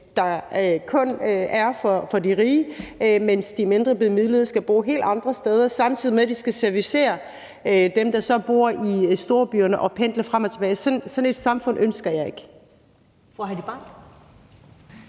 der kun er for de rige, mens de mindrebemidlede skal bo helt andre steder, samtidig med at de skal servicere dem, der så bor i storbyerne, og pendle frem og tilbage. Sådan et samfund ønsker jeg ikke.